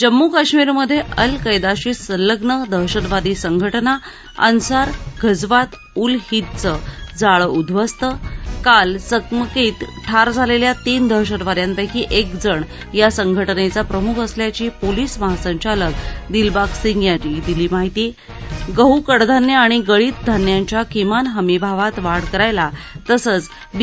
जम्मू काश्मीरमधे अल कैदाशी संलग्न दहशतवादी संघटना अन्सार घझवात उल हिंदचं जाळं उद्घवस्त काल चकमकीत ठार झालेल्या तीन दहशतवाद्यांपैकी एक जण या संघटनेचा प्रमुख असल्याची पोलिस महासंचालक दिलबाग सिंग यांनी दिली माहिती गहू कडधान्य आणि गळीत धान्यांच्या किमान हमीभावात वाढ करायला तसंच बी